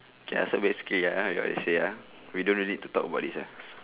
K so basically ya you're say ah we don't really need to talk about this one